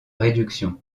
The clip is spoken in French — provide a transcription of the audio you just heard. réduction